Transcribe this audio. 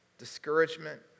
discouragement